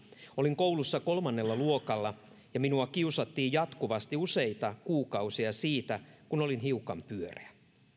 olin koulussa kolmannella luokalla ja minua kiusattiin jatkuvasti useita kuukausia siitä kun olin hiukan pyöreä